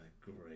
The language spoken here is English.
great